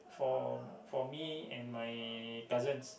for for me and my cousins